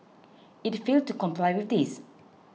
it failed to comply with this